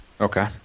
Okay